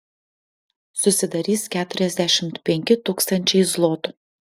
susidarys keturiasdešimt penki tūkstančiai zlotų